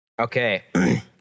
Okay